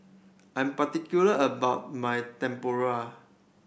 I'm particular about my tempoyak